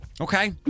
Okay